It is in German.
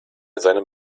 seinem